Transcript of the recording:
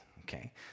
Okay